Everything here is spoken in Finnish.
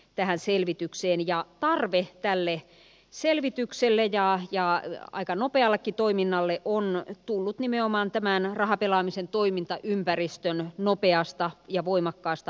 tähän selvitykseen ja marvi tälle selvitykselle ja jo aika nopeallekin toiminnalle kunnari tullut nimenomaan tämän rahapelaamisen toimintaympäristön nopeasta ja voimakasta